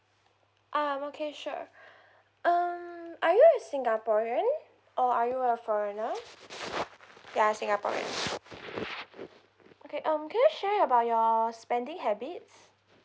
um okay sure um are you a singaporean or are you a foreigner you are singaporean okay um can you share about your spending habits